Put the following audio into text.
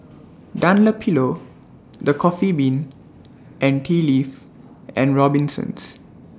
Dunlopillo The Coffee Bean and Tea Leaf and Robinsons